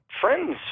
friends